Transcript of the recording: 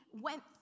went